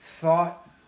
thought